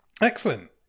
Excellent